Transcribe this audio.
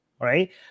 right